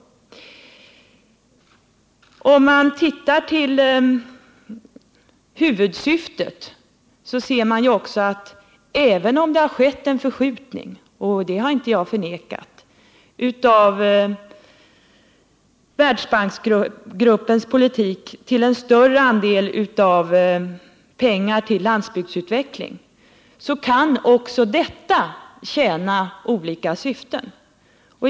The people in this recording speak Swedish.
Även om det - vilket jag inte har förnekat — har skett en förskjutning av Världsbanksgruppens politik som inneburit att en större andel av pengarna gått till landsbygdens utveckling kan också detta tjäna olika syften.